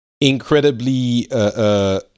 incredibly